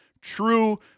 true